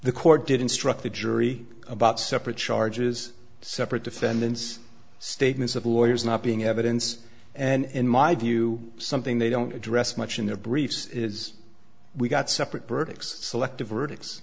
the court did instruct the jury about separate charges separate defendant's statements of lawyers not being evidence and in my view something they don't address much in their briefs is we've got separate burdick's selective verdicts